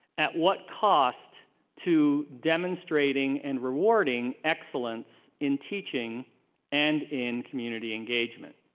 at what cost to demonstrating and rewarding excellence in teaching and in community engagement?